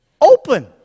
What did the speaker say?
Open